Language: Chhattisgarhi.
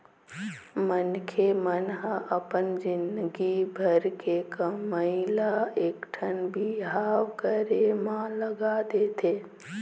मनखे मन ह अपन जिनगी भर के कमई ल एकठन बिहाव करे म लगा देथे